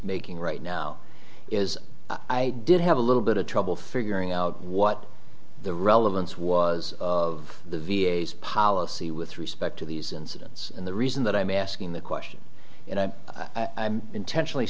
making right now is i did have a little bit of trouble figuring out what the relevance was of the v a s policy with respect to these incidents and the reason that i'm asking the question and i'm i'm intentionally